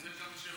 זה שאלה שגם אני,